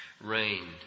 reigned